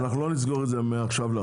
ואנחנו לא נסגור את זה מעכשיו לעכשיו.